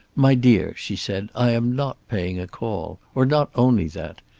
my dear, she said, i am not paying a call. or not only that.